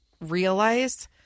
realize